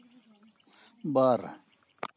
ᱵᱟᱨ